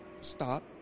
stop